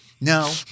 No